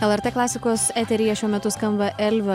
lrt klasikos eteryje šiuo metu skamba elvio